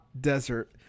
Desert